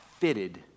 fitted